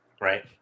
Right